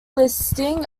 listing